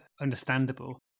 understandable